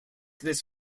this